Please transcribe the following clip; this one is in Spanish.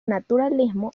naturalismo